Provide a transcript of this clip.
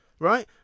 right